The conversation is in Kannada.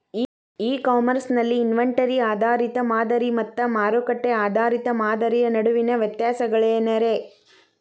ಇ ಕಾಮರ್ಸ್ ನಲ್ಲಿ ಇನ್ವೆಂಟರಿ ಆಧಾರಿತ ಮಾದರಿ ಮತ್ತ ಮಾರುಕಟ್ಟೆ ಆಧಾರಿತ ಮಾದರಿಯ ನಡುವಿನ ವ್ಯತ್ಯಾಸಗಳೇನ ರೇ?